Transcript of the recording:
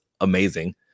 amazing